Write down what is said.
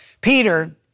Peter